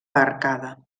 arcada